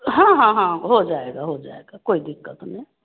हाँ हाँ हाँ हो जाएगा हो जाएगा कोई दिक्कत नहीं